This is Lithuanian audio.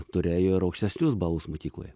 turėjo ir aukštesnius balus mokykloje